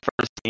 first